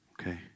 okay